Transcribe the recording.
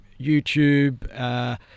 YouTube